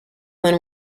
when